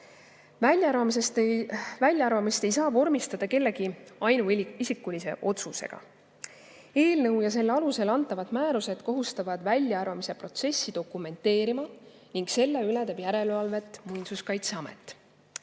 Väljaarvamist ei saa vormistada kellegi ainuisikulise otsusega. Eelnõu ja selle alusel antavad määrused kohustavad väljaarvamise protsessi dokumenteerima ning selle üle teeb järelevalvet Muinsuskaitseamet.